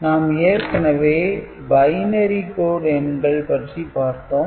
நாம் ஏற்கனவே binary code எண்கள் பற்றி பார்த்தோம்